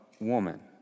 woman